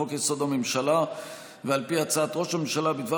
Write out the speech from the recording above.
לחוק-יסוד: הממשלה ועל פי הצעת ראש הממשלה בדבר